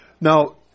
Now